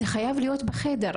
זה חייב להיות בחדר,